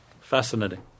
Fascinating